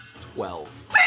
Twelve